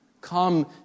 Come